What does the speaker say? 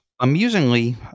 amusingly